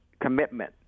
commitment